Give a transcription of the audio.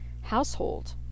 household